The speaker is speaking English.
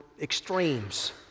extremes